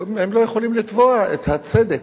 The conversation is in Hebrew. הם לא יכולים לתבוע את הצדק.